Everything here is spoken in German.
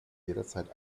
jederzeit